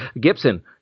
Gibson